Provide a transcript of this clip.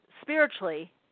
spiritually